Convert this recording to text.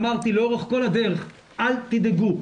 אמרתי לאורך כל הדרך 'אל תדאגו.